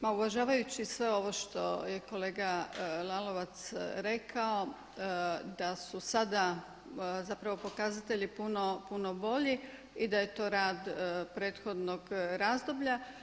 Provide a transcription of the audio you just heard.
Pa uvažavajući sve ovo što je kolega Lalovac rekao da su sada zapravo pokazatelji puno bolji i da je to rad prethodnog razdoblja.